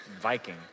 Viking